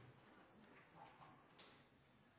ta